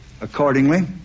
Accordingly